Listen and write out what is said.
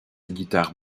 guitare